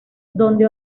donde